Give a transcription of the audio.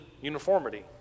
uniformity